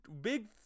big